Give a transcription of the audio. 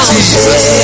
Jesus